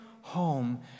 home